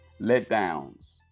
letdowns